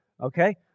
Okay